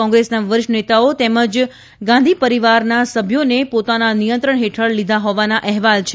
કોંગ્રેસના વરિષ્ઠ નેતાઓ તેમજ ગાંધી પરિવારના સભ્યોને પોતાના નિયંત્રણ હેઠળ લીધા હોવાના અહેવાલ છે